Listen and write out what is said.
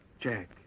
Jack